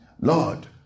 Lord